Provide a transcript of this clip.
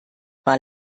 war